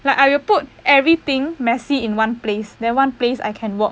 like I will put everything messy in one place then one place I can work